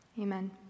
amen